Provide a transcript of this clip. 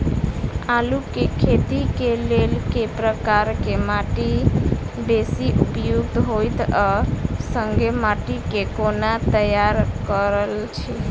आलु केँ खेती केँ लेल केँ प्रकार केँ माटि बेसी उपयुक्त होइत आ संगे माटि केँ कोना तैयार करऽ छी?